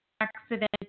accident